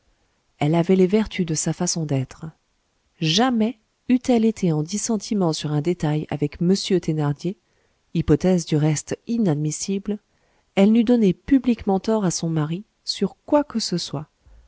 elle avait les vertus de sa façon d'être jamais eût-elle été en dissentiment sur un détail avec monsieur thénardier hypothèse du reste inadmissible elle n'eût donné publiquement tort à son mari sur quoi que ce soit